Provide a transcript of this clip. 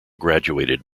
graduated